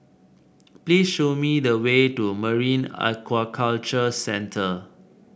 please show me the way to Marine Aquaculture Centre